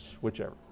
Whichever